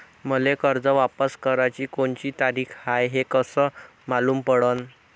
मले कर्ज वापस कराची कोनची तारीख हाय हे कस मालूम पडनं?